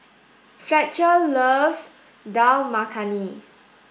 Fletcher loves Dal Makhani